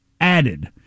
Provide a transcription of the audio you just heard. added